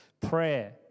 prayer